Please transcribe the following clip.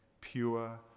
pure